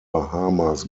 bahamas